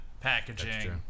packaging